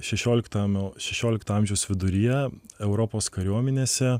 šešioliktam šešiolikto amžiaus viduryje europos kariuomenėse